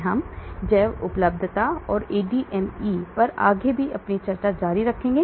इसलिए हम जैव उपलब्धता और ADME पर आगे भी जारी रखेंगे